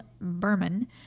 Berman